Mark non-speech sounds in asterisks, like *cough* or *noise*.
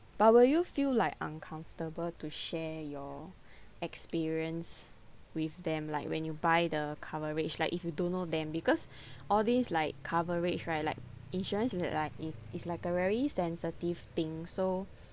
but will you feel like uncomfortable to share your experience with them like when you buy the coverage like if you don't know them because *breath* all these like coverage right like insurance is a like it it's like a very sensitive thing so